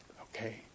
Okay